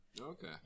okay